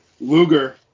Luger